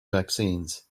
vaccines